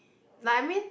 like I mean